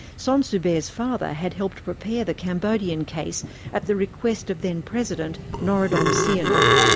son soubert's father had helped prepare the cambodian case at the request of then president, norodom sihanouk.